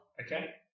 okay